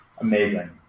Amazing